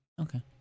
Okay